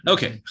Okay